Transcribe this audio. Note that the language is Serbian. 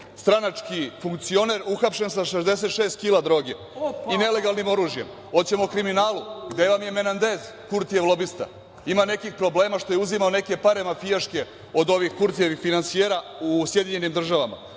stranački funkcioner uhapšen sa 66 kila droge i nelegalnim oružjem. Hoćemo o kriminalu? Gde vam je Menandez? Kurtijev lobista, ima nekih problema što je uzimao neke pare mafijaške od ovih Kurtijevih finansijera u Sjedinjenim državama.